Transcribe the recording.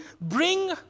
bring